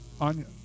on